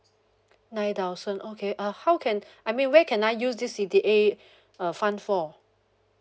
nine thousand okay uh how can I mean where can I use this C_D_A uh fund for